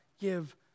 give